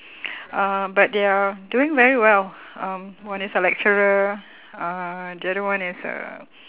uh but they are doing very well um one is a lecturer uh the other one is a